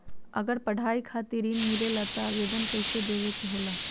अगर पढ़ाई खातीर ऋण मिले ला त आवेदन कईसे देवे के होला?